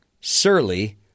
Surly